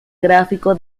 gráfico